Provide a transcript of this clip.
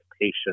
patient